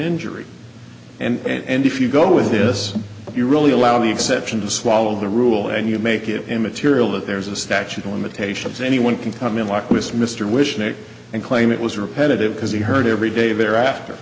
injury and if you go with this you really allow the exception to swallow the rule and you make it immaterial that there's a statute of limitations anyone can come in walk with mr wish nick and claim it was repetitive because he heard every day thereafter